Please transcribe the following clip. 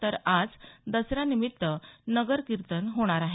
तर आज दसऱ्यानिमित्त नगर कीर्तन होणार आहे